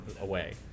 away